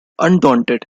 undaunted